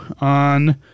on